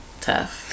tough